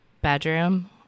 bedroom